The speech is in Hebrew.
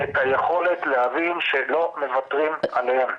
את היכולת להבין שלא מוותרים עליהם.